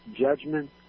judgment